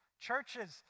Churches